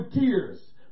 tears